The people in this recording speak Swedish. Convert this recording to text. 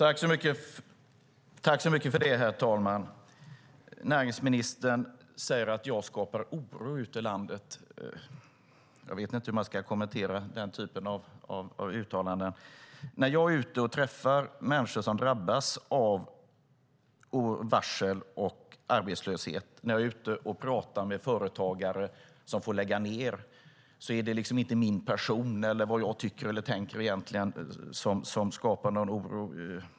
Herr talman! Näringsministern säger att jag skapar oro ute i landet. Jag vet inte hur man ska kommentera den typen av uttalande. När jag är ute och träffar människor som drabbas av varsel och arbetslöshet - och när jag är ute och pratar med företagare som får lägga ned - är det liksom inte min person eller vad jag egentligen tycker och tänker som skapar oro.